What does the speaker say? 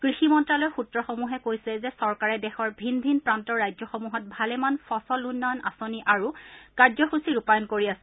কৃষি মন্ত্ৰালয়ৰ সূত্ৰসমূহে কৈছে যে চৰকাৰে দেশৰ ভিন ভিন প্ৰান্তৰ ৰাজ্যসমূহত ভালেমান ফচল উন্নয়ন আঁচনি আৰু কাৰ্য্যসূচী ৰূপায়ণ কৰি আছে